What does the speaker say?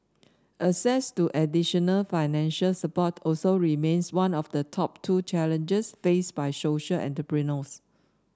access to additional financial support also remains one of the top two challenges face by social entrepreneurs